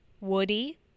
Woody